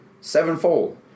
Sevenfold